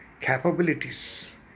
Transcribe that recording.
capabilities